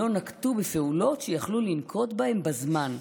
לא נקטו פעולות שיכלו לנקוט בזמן.